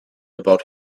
about